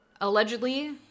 allegedly